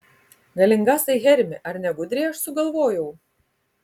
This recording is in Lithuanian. galingasai hermi ar ne gudriai aš sugalvojau